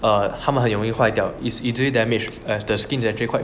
err 他们很容易坏掉 is easily damaged as the skins is actually quite